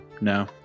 no